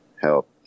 help